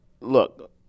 look